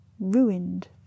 ruined